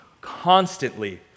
constantly